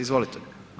Izvolite.